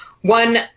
one